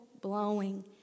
blowing